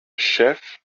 chef